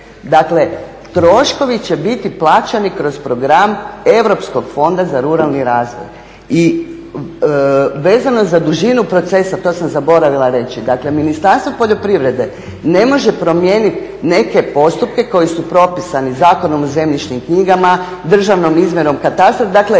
Dakle, troškovi će biti plaćeni kroz program Europskog fonda za ruralni razvoj. I vezano za dužinu procesa, to sam zaboravila reći, dakle Ministarstvo poljoprivrede ne može promijeniti neke postupke koji su propisani Zakonom o zemljišnim knjigama, državnom izmjerom katastra, dakle